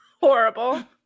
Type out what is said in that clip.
Horrible